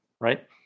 right